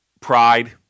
pride